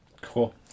cool